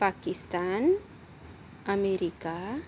Pakistan America